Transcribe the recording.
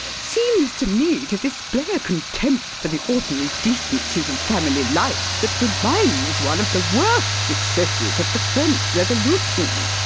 seems to me to display a contempt for the ordinary decencies of family life that reminds one of the worst excesses of the french revolution.